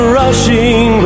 rushing